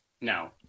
no